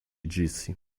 disse